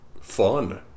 fun